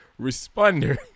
responder